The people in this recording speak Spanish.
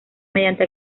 mediante